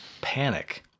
panic